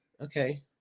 Okay